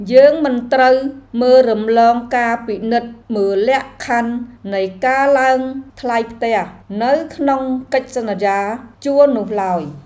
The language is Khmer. យើងមិនត្រូវមើលរំលងការពិនិត្យមើលលក្ខខណ្ឌនៃការឡើងថ្លៃផ្ទះ នៅក្នុងកិច្ចសន្យាជួលនោះឡើយ។